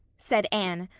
said anne,